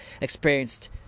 experienced